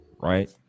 right